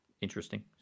interesting